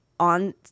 On